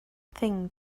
thing